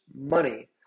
money